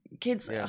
kids